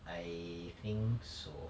I think so